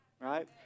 right